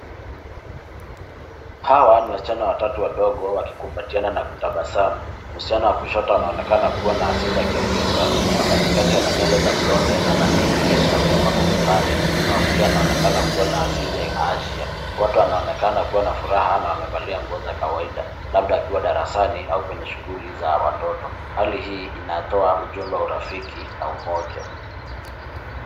Hawa ni wasichana watatu wadogo wakikumbatiana na kutabasamu. Msichana wa kushoto anaonekana kuwa na asili ya kiafrika wa katikati ana nywele za blonde yaani anadhihirisha ulemavu fulani na wa kulia anaonekana kuwa na asili ya asia . Wote wanaonekana kuwa na furaha na wamevalia nguo za kawaida labda wakiwa darasani au kwenye shughuli za watoto. Hali hii inatoa ujumbe wa urafiki na umoja.